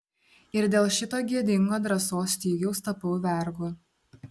ir dėl šito gėdingo drąsos stygiaus tapau vergu